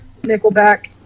Nickelback